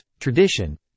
tradition